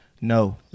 no